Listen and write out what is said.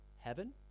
heaven